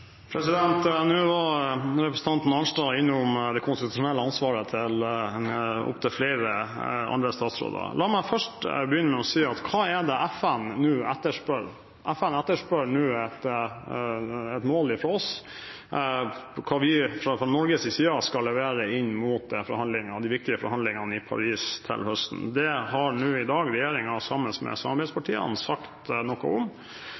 Nå var representanten Arnstad innom det konstitusjonelle ansvaret til opptil flere andre statsråder. La meg først begynne med å si: Hva er det FN nå etterspør? FN etterspør nå et mål fra oss – hva vi fra Norges side skal levere inn mot de viktige forhandlingene i Paris til høsten. Det har regjeringen, sammen med samarbeidspartiene, i dag sagt noe om.